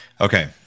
Okay